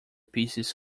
pieces